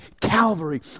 Calvary